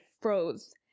froze